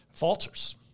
falters